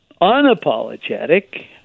unapologetic